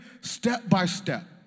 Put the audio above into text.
step-by-step